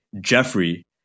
jeffrey